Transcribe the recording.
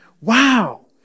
Wow